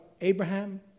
Abraham